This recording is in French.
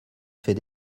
fait